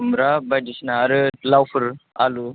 खुमब्रा बायदिसिना आरो लावफोर आलु